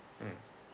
mm